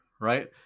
right